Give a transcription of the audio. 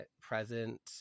present